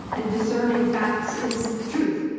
and discerning facts is truth.